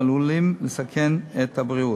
ועלולים לסכן את הבריאות.